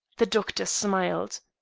the doctor smiled.